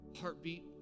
heartbeat